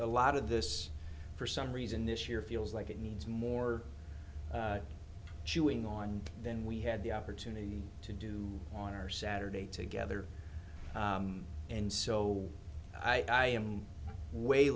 a lot of this for some reason this year feels like it needs more chewing on then we had the opportunity to do on our saturday together and so i am way